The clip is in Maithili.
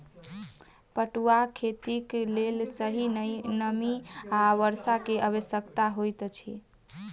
पटुआक खेतीक लेल सही नमी आ वर्षा के आवश्यकता होइत अछि